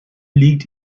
liegt